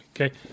Okay